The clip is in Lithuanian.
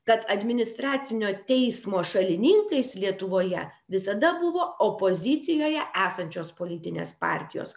kad administracinio teismo šalininkais lietuvoje visada buvo opozicijoje esančios politinės partijos